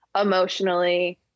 emotionally